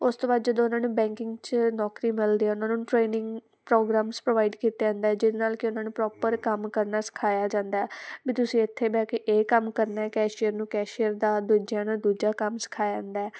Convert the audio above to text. ਉਸ ਤੋਂ ਬਾਅਦ ਜਦੋਂ ਉਹਨਾਂ ਨੂੰ ਬੈਂਕਿੰਗ 'ਚ ਨੌਕਰੀ ਮਿਲਦੀ ਆ ਉਹਨਾਂ ਨੂੰ ਟ੍ਰੇਨਿੰਗ ਪ੍ਰੋਗਰਾਮਸ ਪ੍ਰੋਵਾਈਡ ਕੀਤੇ ਜਾਂਦੇ ਆ ਜਿਹਦੇ ਨਾਲ ਕਿ ਉਹਨਾਂ ਨੂੰ ਪ੍ਰੋਪਰ ਕੰਮ ਕਰਨਾ ਸਿਖਾਇਆ ਜਾਂਦਾ ਵੀ ਤੁਸੀਂ ਇੱਥੇ ਬਹਿ ਕੇ ਇਹ ਕੰਮ ਕਰਨਾ ਕੈਸ਼ੀਅਰ ਨੂੰ ਕੈਸ਼ੀਅਰ ਦਾ ਦੂਜਿਆਂ ਨੂੰ ਦੂਜਾ ਕੰਮ ਸਿਖਾਇਆ ਜਾਂਦਾ